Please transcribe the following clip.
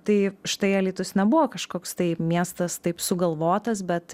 tai štai alytus nebuvo kažkoks tai miestas taip sugalvotas bet